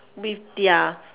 with their